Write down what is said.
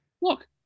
Look